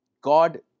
God